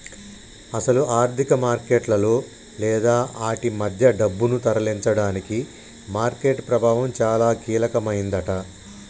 అసలు ఆర్థిక మార్కెట్లలో లేదా ఆటి మధ్య డబ్బును తరలించడానికి మార్కెట్ ప్రభావం చాలా కీలకమైందట